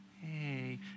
hey